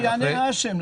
שהאשם יענה.